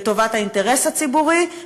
לטובת האינטרס הציבורי,